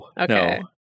Okay